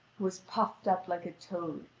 who was puffed up like a toad,